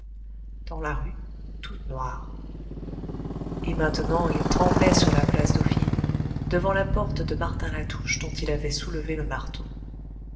dans la rue toute noire et maintenant il tremblait sur la place dauphine devant la porte de martin latouche dont il avait soulevé le marteau